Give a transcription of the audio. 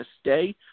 stay